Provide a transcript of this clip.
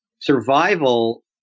survival